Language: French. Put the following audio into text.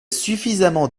suffisamment